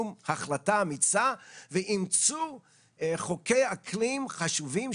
החלטה אמיצה ואימצו חוקי אקלים חשובים,